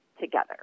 together